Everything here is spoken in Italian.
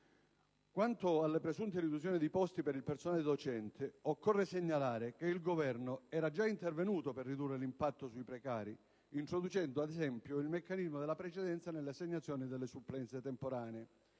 Quanto alle presunte riduzioni di posti per il personale docente, occorre segnalare che il Governo era già intervenuto per ridurre l'impatto sui precari, introducendo ad esempio il meccanismo della precedenza nell'assegnazione delle supplenze temporanee,